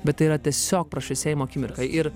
bet tai yra tiesiog prašviesėjimo akimirka ir